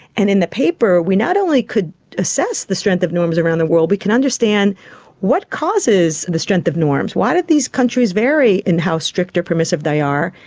and in the paper we not only could assess the strength of norms around the world, we can understand what causes the strength of norms, why do these countries vary in how strict or permissive they are?